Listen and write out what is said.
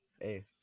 Hey